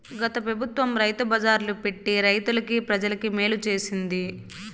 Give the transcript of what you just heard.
గత పెబుత్వం రైతు బజార్లు పెట్టి రైతులకి, ప్రజలకి మేలు చేసింది